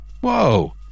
Whoa